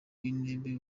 w’intebe